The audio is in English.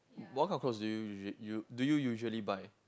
what kind of clothes do you usually you do you usually buy